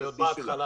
היא עוד בהתחלה.